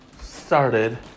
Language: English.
started